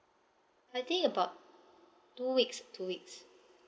I think about two weeks two weeks